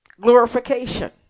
glorification